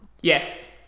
Yes